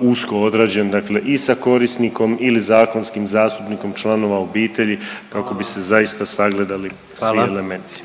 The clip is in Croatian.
usko odrađen dakle i sa korisnikom ili zakonskim zastupnikom članova obitelji kako bi se zaista sagledali svi elementi.